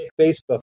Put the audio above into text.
Facebook